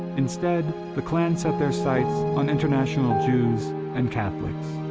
instead, the klan set their sights on international jews and catholics,